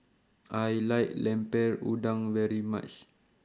I like Lemper Udang very much